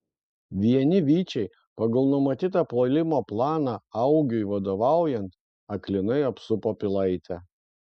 vieni vyčiai pagal numatytą puolimo planą augiui vadovaujant aklinai apsupo pilaitę